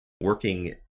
working